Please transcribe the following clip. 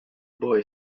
boy